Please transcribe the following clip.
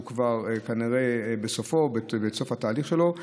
שהוא כנראה בסוף התהליך שלו.